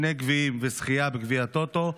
שני גביעים וזכייה בגביע הטוטו,